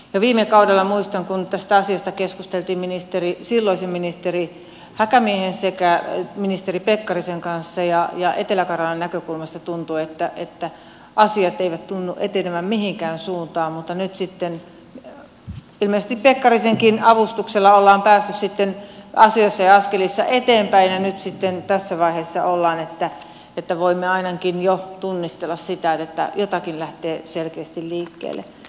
jo viime kaudella muistan kun tästä asiasta keskusteltiin silloisen ministeri häkämiehen sekä ministeri pekkarisen kanssa ja etelä karjalan näkökulmasta tuntui että asiat eivät tunnu etenevän mihinkään suuntaan mutta nyt sitten ilmeisesti pekkarisenkin avustuksella ollaan päästy asioissa ja askelissa eteenpäin ja nyt sitten tässä vaiheessa ollaan että voimme ainakin jo tunnistella sitä että jotakin lähtee selkeästi liikkeelle